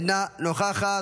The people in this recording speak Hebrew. אינה נוכחת.